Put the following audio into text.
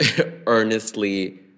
earnestly